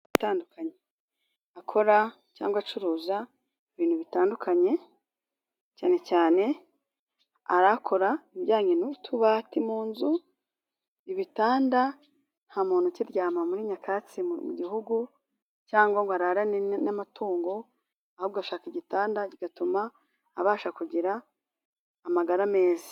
...atandukanye akora cyangwa acuruza ibintu bitandukanye. Cyane cyane harakora ibijyanye n'utubati mu nzu, ibitanda nta muntu ukiryama muri nyakatsi mu Gihugu cyangwa ngo ararane n'amatungo, ahubwo ashaka igitanda bigatuma abasha kugira amagara meza.